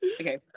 Okay